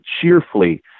cheerfully